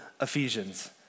Ephesians